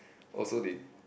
also did